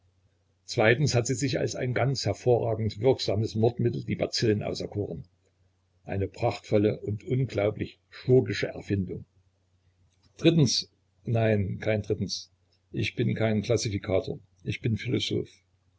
zweitens hat sie sich als ein ganz hervorragend wirksames mordmittel die bazillen auserkoren eine prachtvolle und unglaublich schurkische erfindung drittens nein kein drittens ich bin kein klassifikator ich bin philosoph